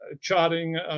charting